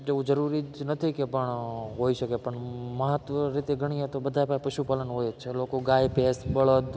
તેવું જરૂરી નથી કે પણ હોઈ શકે મહત્વ રીતે ગણીએ તો બધાંય પશુપાલન હોય છે લોકો ગાય ભેંસ બળદ